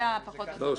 זה פחות או יותר